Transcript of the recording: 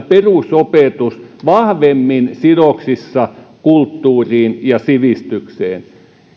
perusopetus vahvemmin sidoksissa kulttuuriin ja sivistykseen